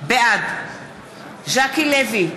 בעד ז'קי לוי,